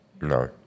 No